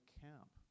camp